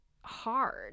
hard